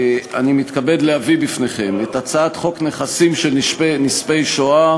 אני מתכבד להביא בפניכם את הצעת חוק נכסים של נספי השואה